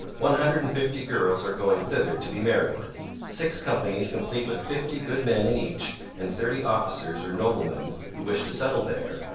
one hundred and fifty girls are going thither to be married six companies complete with fifty good men in each and thirty officers or noblemen, who wish to settle there,